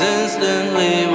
instantly